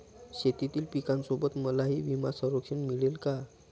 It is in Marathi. शेतीतील पिकासोबत मलाही विमा संरक्षण मिळेल का?